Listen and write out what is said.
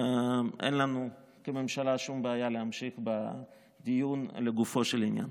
אין לנו כממשלה שום בעיה להמשיך בדיון לגופו של עניין.